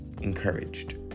Encouraged